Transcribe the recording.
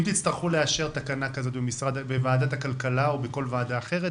אם תצטרכו לאשר תקנה כזאת בוועדת הכלכלה או בכל ועדה אחרת,